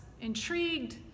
intrigued